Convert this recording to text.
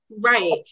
right